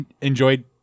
enjoyed